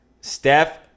Steph